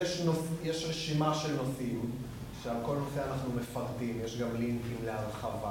יש רשימה של נושאים, שעל כל נושא אנחנו מפרטים, יש גם לינקים להרחבה.